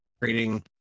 creating